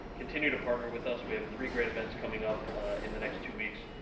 continue to partner with us. we have three great events coming up in the next two weeks,